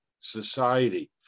society